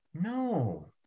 No